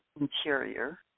interior